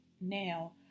now